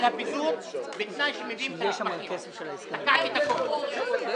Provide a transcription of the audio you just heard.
באמת, מה זה פה?